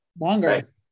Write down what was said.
longer